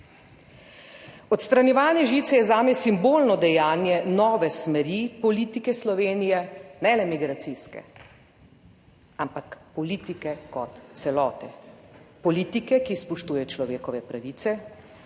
Odstranjevanje žice je zame simbolno dejanje nove smeri politike Slovenije, ne le migracijske, ampak politike kot celote, politike, ki spoštuje človekove pravice